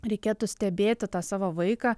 reikėtų stebėti tą savo vaiką